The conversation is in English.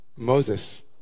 Moses